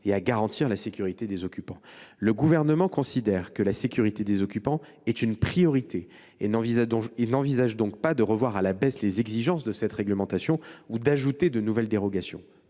et à garantir la sécurité des occupants. Le Gouvernement considère que la sécurité des occupants est une priorité et n’envisage donc pas de revoir à la baisse les exigences de cette réglementation ou d’y ajouter de nouvelles dérogations.